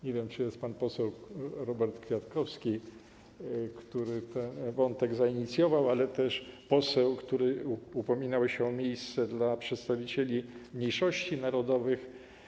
Nie wiem, czy jest pan poseł Robert Kwiatkowski, który ten wątek zainicjował, też poseł, który upominał się o miejsce dla przedstawicieli mniejszości narodowych.